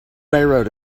pharaoh